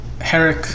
Herrick